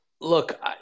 Look